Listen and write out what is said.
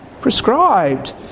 prescribed